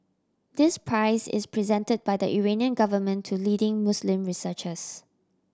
this prize is presented by the Iranian government to leading Muslim researchers